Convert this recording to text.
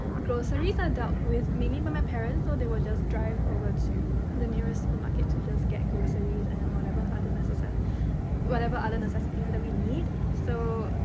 groceries are dealt with mainly by my parents. so, they will just drive over to the nearest supermarket to just get groceries and whatever other necessa whatever other necessities that we need. so,